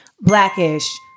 blackish